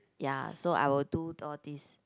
ya so I will do all these